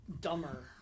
dumber